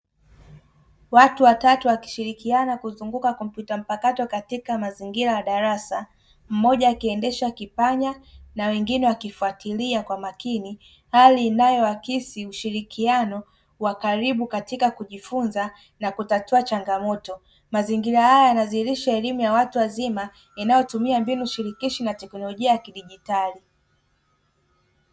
Watu watatu wakishirikiana kuzunguka kompyuta mpakato katika mazingira ya darasa. mmoja akiendesha kipanya na wengine wakifuatilia kwa makini. Hali inayoakisi ushiriakiano wa karibu katika kujifunza na kutatua changamoto. Mazingira haya yanadhihirisha elimu ya watu wazima inayotumia mbinu shirikishi na teknolojia ya kidigitali.